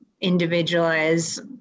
individualize